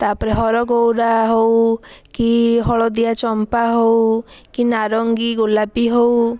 ତାପରେ ହରଗୌରା ହେଉ କି ହଳଦିଆ ଚମ୍ପା ହେଉ କି ନାରଙ୍ଗୀ ଗୋଲାପି ହେଉ